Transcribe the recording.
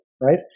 right